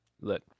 Look